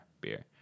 beer